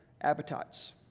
appetites